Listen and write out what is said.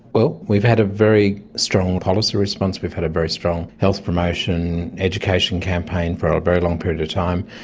well, we've had a very strong policy response, we've had a very strong health promotion, education campaign for a very long period of time.